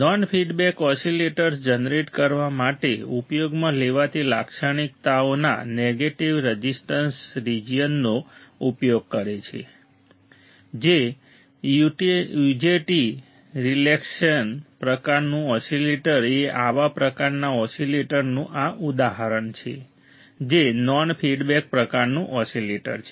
non feedback oscillator oscillation generate કરવા માટે ઉપયોગમાં લેવાતી લાક્ષણિકતાઓના નેગેટિવ રઝિસ્ટન્સ રિજનનો ઉપયોગ કરે છે UJT રિલેક્સેશન પ્રકારનું ઓસીલેટર એ આવા પ્રકારના ઓસિલેટરનું આ ઉદાહરણ છે જે નોન ફીડબેક પ્રકારનું ઓસીલેટર છે